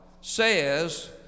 says